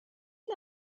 you